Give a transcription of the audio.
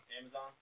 Amazon